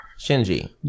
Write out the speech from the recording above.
Shinji